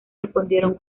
respondieron